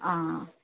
हां